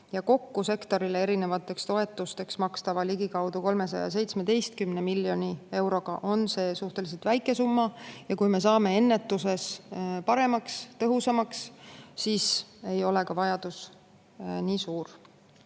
ja sektorile erinevate toetustena kokku makstava ligikaudu 317 miljoni euroga on see suhteliselt väike summa. Ja kui me saame ennetuses paremaks, tõhusamaks, siis ei ole ka vajadus nii suur.